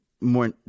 more